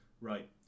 Right